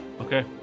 Okay